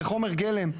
זה חומר גלם.